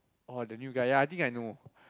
oh the new guy ya I think I know